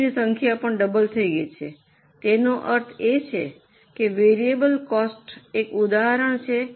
યુનિટની સંખ્યા પણ ડબલ થઈ ગઈ છે તેનો અર્થ એ કે તે વેરિયેબલ કોસ્ટનું એક ઉદાહરણ છે